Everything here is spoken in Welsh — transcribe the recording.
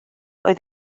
oedd